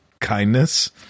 kindness